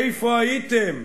איפה הייתם?